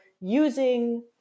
using